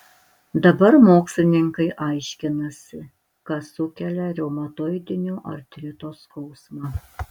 dabar mokslininkai aiškinasi kas sukelia reumatoidinio artrito skausmą